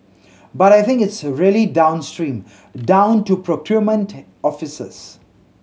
but I think it's really downstream down to procurement offices